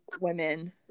women